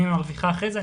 אם היא מרוויחה אחרי זה,